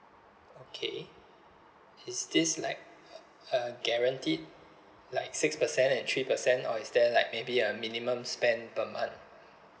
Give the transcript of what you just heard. okay is this like uh guaranteed like six percent and three percent or is there like maybe a minimum spend per month